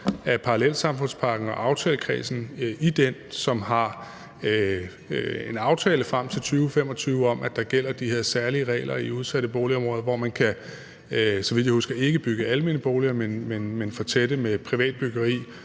af parallelsamfundspakken, og aftalekredsen bag den har en aftale frem til 2025 om, at der gælder de her særlige regler i udsatte boligområder, hvor man, så vidt jeg husker, ikke kan bygge almene boliger, men fortætte med privat byggeri,